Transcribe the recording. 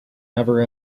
never